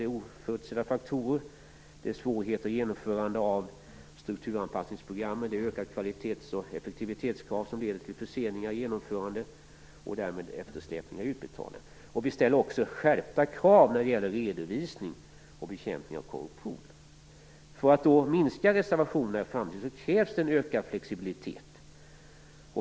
Det finns oförutsedda faktorer och det är svårigheter med genomförandet av strukturanpassningsprogrammen. Ökade kvalitets och effektivitetskrav leder till förseningar i genomförandet och därmed till eftersläpningar i utbetalningarna. Vi ställer också skärpta krav på redovisning och bekämpning av korruption. För att i framtiden minska reservationerna krävs det en ökad flexibilitet.